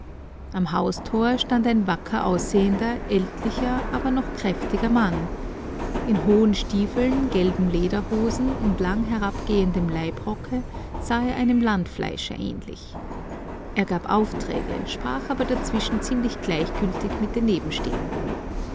am haustor stand ein wacker aussehender ältlicher aber noch kräftiger mann in hohen stiefeln gelben lederhosen und langherabgehendem leibrocke sah er einem landfleischer ähnlich er gab aufträge sprach aber dazwischen ziemlich gleichgültig mit den nebenstehenden